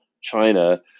China